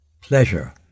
pleasure